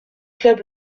club